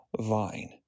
vine